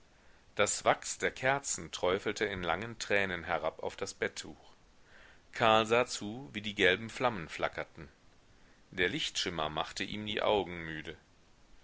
das wachs der kerzen träufelte in langen tränen herab auf das bettuch karl sah zu wie die gelben flammen flackerten der lichtschimmer machte ihm die augen müde